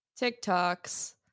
TikToks